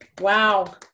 Wow